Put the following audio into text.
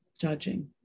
judging